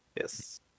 Yes